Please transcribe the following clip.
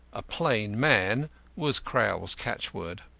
a plain man was crowl's catchword.